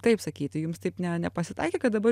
taip sakyti jums taip ne nepasitaikė kad dabar